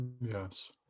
Yes